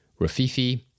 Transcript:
Rafifi